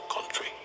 country